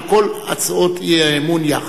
על כל הצעות האי-אמון יחד.